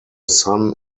son